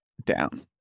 Down